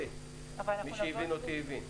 מי שהבין אותי הבין.